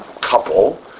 couple